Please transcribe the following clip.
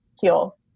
heal